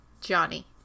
Johnny